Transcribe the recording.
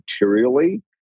materially